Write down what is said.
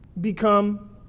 become